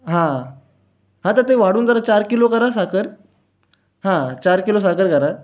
हां हां तर ते वाढवून जरा चार किलो करा साखर हां चार किलो साखर करा